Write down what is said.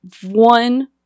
one